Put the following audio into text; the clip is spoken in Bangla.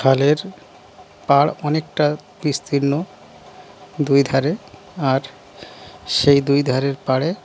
খালের পাড় অনেকটা বিস্তীর্ণ দুই ধারে আর সেই দুই ধারের পাড়ে